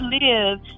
live